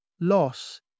loss